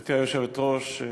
גברתי היושבת-ראש,